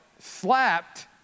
slapped